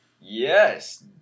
Yes